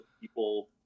people